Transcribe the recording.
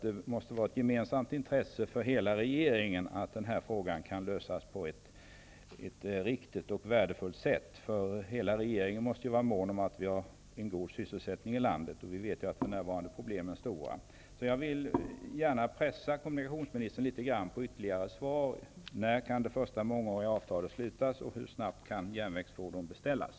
Det måste vara ett gemensamt intresse för hela regeringen att frågan kan lösas på ett riktigt och värdefullt sätt. Hela regeringen måste vara mån om att ha en god sysselsättning i landet. Vi vet att problemen för närvarande är stora. Jag vill gärna pressa kommunikationsministern på ytterligare svar. När kan det första mångåriga avtalet slutas, och hur snabbt kan järnvägsfordon beställas?